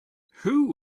who